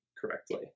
correctly